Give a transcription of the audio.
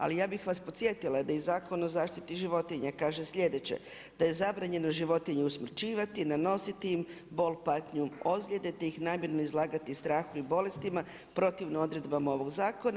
Ali ja bih vas podsjetila da i Zakon o zaštiti životinja kaže sljedeće da je zabranjeno životinju usmrćivati ih, nanositi im bol, patnju, ozljede te ih namjerno izlagati strahu i bolestima protivno odredbama ovog zakona.